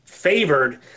Favored